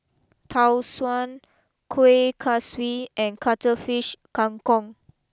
Tau Suan Kuih Kaswi and Cuttlefish Kang Kong